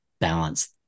balance